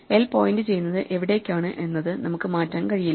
l പോയിന്റുചെയ്യുന്നത് എവിടേക്കാണ് എന്നത് നമുക്ക് മാറ്റാൻ കഴിയില്ല